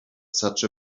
such